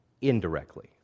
indirectly